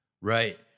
Right